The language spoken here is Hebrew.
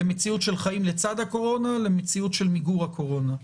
למציאות של חיים לצד הקורונה ולמציאות של מיגור הקורונה,